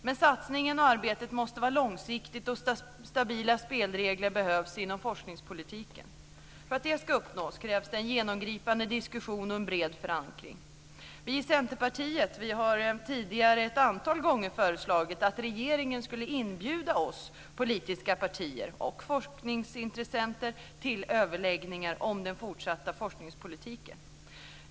Men satsningen och arbetet måste vara långsiktigt, och stabila spelregler behövs inom forskningspolitiken. För att det ska uppnås krävs det en genomgripande diskussion och en bred förankring. Vi i Centerpartiet har tidigare ett antal gånger föreslagit att regeringen skulle inbjuda de politiska partierna och forskningsintressenter till överläggningar om den fortsatta forskningspolitiken.